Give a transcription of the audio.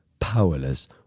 powerless